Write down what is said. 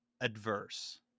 adverse